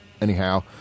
anyhow